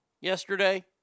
yesterday